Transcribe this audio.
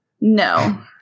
No